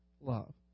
love